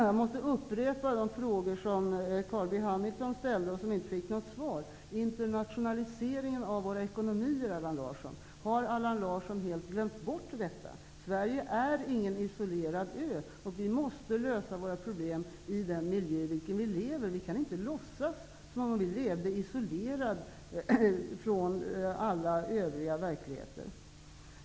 Jag måste upprepa en fråga som Carl B Hamilton ställde och som inte fick något svar: Har Allan Larsson helt glömt bort internationaliseringen av våra ekonomier? Sverige är ingen isolerad ö. Vi måste lösa våra problem i den miljö i vilken vi lever. Vi kan inte låtsas som om vi levde isolerade från alla övriga verkligheter.